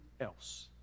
else